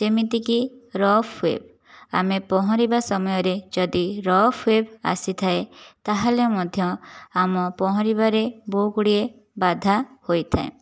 ଯେମିତିକି rough wave ଆମେ ପହଁରିବା ସମୟରେ ଯଦି ରଫ ୱେଭ ଆସିଥାଏ ତା'ହେଲେ ମଧ୍ୟ ଆମ ପହଁରିବାରେ ବହୁ ଗୁଡ଼ିଏ ବାଧା ହୋଇଥାଏ